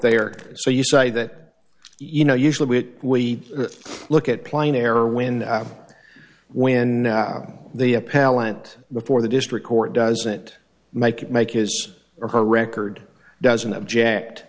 there so you say that you know usually it we look at plane error when when the appellant before the district court doesn't make it make his or her record doesn't object